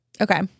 Okay